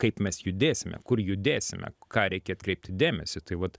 kaip mes judėsime kur judėsime ką reikia atkreipti dėmesį tai vat